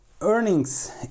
earnings